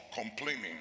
complaining